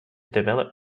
develop